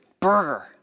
burger